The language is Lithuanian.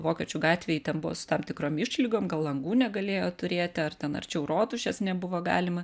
vokiečių gatvėj ten buvo su tam tikrom išlygom gal langų negalėjo turėti ar ten arčiau rotušės nebuvo galima